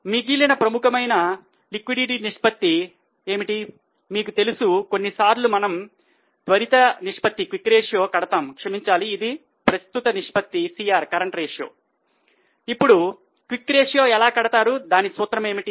మిగిలిన ప్రముఖమైన లిక్విడిటీ నిష్పత్తి ఎలా కడతారు దాని సూత్రం ఏమిటి